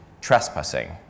trespassing